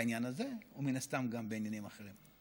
בעניין הזה, ומן הסתם גם בעניינים אחרים.